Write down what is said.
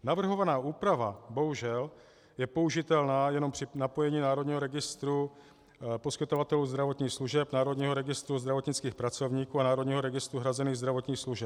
Navrhovaná úprava, bohužel, je použitelná jenom při napojení Národního registru poskytovatelů zdravotních služeb, Národního registru zdravotnických pracovníků a Národního registru hrazených zdravotních služeb.